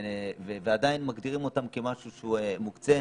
ועדיין מגדירים אותם כמשהו מוקצה.